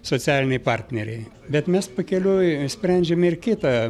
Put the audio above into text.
socialiniai partneriai bet mes pakeliui sprendžiame ir kitą